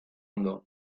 ondo